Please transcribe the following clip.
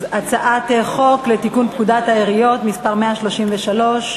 אז הצעת חוק לתיקון פקודת העיריות (מס' 133),